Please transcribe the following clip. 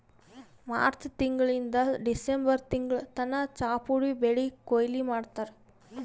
March ತಿಂಗಳಿಂದ್ December ತಿಂಗಳ್ ತನ ಚಾಪುಡಿ ಬೆಳಿ ಕೊಯ್ಲಿ ಮಾಡ್ತಾರ್